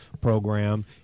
program